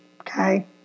Okay